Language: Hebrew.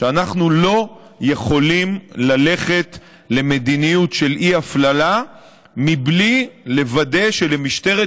שאנחנו לא יכולים ללכת למדיניות של אי-הפללה בלי לוודא שלמשטרת